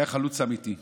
היה חלוץ אמיתי.